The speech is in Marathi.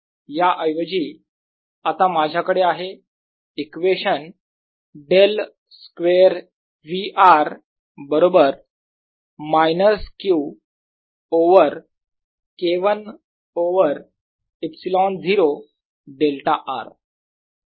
याऐवजी आता माझ्याकडे आहे equation del square V r बरोबर minus Q over K1 over ε0 delta r